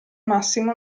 massimo